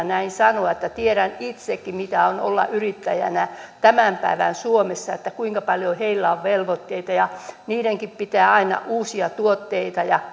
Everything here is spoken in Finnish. näin sanoa tiedän itsekin mitä on olla yrittäjänä tämän päivän suomessa kuinka paljon heillä on velvoitteita ja heidänkin pitää aina uusia tuotteita ja